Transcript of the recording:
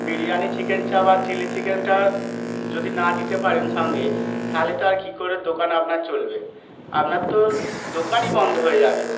biryani chicken chaap বা chilli চিকেনটা যদি না দিতে পারেন সঙ্গে তাহলে তো আর কি করে দোকান আপনার চলবে আপনার তো দোকানই বন্ধ হয়ে যাবে